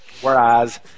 whereas